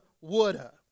woulda